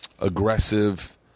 aggressive